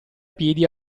piedi